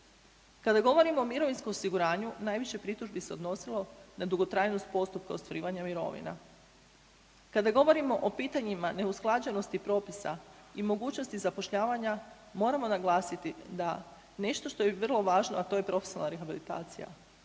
Kada govorimo o mirovinskom osiguranju najviše pritužbi se odnosilo na dugotrajnost postupka ostvarivanja mirovina. Kada govorimo o pitanjima neusklađenosti propisa i mogućnosti zapošljavanja, moramo naglasiti da nešto što je vrlo važno, a to je profesionalna rehabilitacija,